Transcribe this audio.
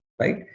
right